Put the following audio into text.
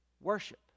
worship